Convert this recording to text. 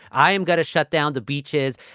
i am going to shut down the beaches.